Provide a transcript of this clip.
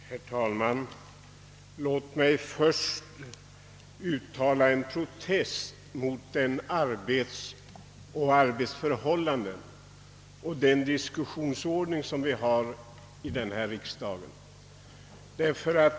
Herr talman! Låt mig först uttala en protest mot de arbetsförhållanden och den diskussionsordning som finns här i riksdagen.